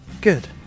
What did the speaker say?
good